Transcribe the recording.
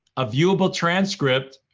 a viewable transcript,